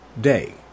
day